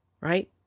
right